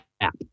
app